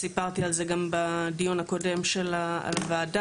סיפרתי על זה גם בדיון הקודם של הוועדה.